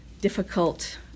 difficult